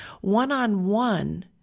one-on-one